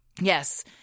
Yes